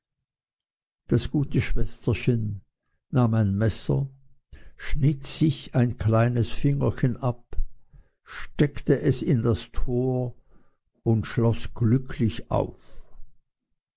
das gute schwesterchen nahm ein messer schnitt sich ein kleines fingerchen ab steckte es in das tor und schloß glücklich auf